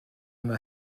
yma